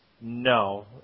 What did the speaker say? No